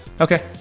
Okay